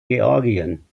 georgien